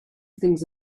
things